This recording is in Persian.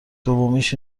دومیش